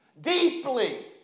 deeply